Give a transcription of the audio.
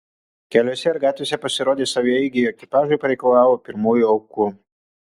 keliuose ir gatvėse pasirodę savaeigiai ekipažai pareikalavo pirmųjų aukų